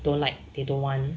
don't like they don't want